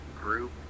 group